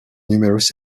numerous